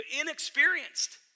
inexperienced